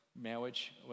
marriage